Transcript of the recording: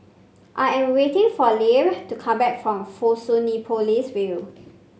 I am waiting for to come back from Fusionopolis View